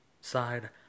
side